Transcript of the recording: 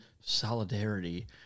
solidarity